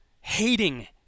hating